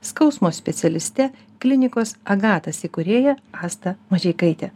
skausmo specialiste klinikos agatas įkūrėja asta mažeikaite